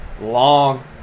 Long